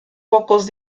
pocos